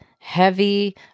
heavy